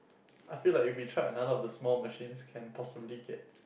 I feel like if we tried another of the small machines can possibly get